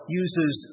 uses